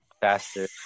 faster